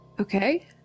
Okay